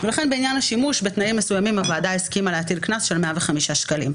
ולכן בעניין השימוש בתנאים מסוימים הוועדה הסכימה להטיל קנס של 105 ש"ח.